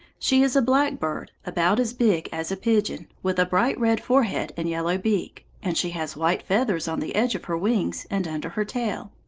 she is a black bird, about as big as a pigeon, with a bright red forehead and yellow beak. and she has white feathers on the edge of her wings and under her tail.